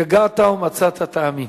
יגעת ומצאת, תאמין.